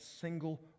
single